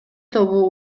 тобу